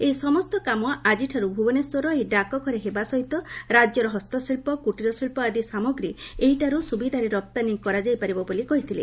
ଏହି ସମସ୍ତ କାମ ଆକିଠାରୁ ଭୁବନେଶ୍ୱରର ଏହି ଡାକଘରେ ହେବା ସହିତ ରାକ୍ୟର ହସ୍ତଶିକ୍ର କୁଟୀର ଶିକ୍ବ ଆଦି ସାମଗ୍ରୀ ଏହିଠାରୁ ସ୍ବିଧାରେ ରପ୍ତାନୀ କରାଯାଇପାରିବ ବୋଲି କହିଥିଲେ